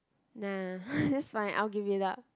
nah it's fine I'll give it up